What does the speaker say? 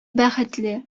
бәхетле